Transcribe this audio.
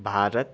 Bharat